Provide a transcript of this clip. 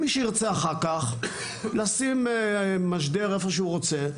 מי שירצה אחר כך לשים משדר איפה שהוא רוצה,